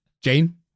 Jane